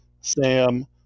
Sam